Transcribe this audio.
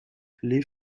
les